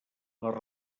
les